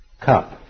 cup